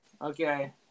Okay